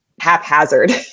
haphazard